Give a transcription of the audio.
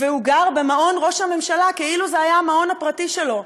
והוא גר במעון ראש הממשלה כאילו זה היה המעון הפרטי שלו,